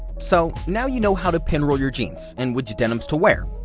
so, now you know how to pinroll your jeans and which denims to wear,